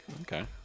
Okay